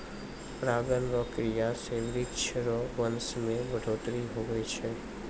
परागण रो क्रिया से वृक्ष रो वंश मे बढ़ौतरी हुवै छै